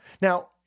Now